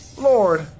Lord